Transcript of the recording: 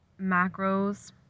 macros